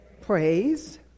Praise